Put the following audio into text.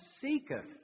seeketh